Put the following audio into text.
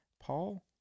Paul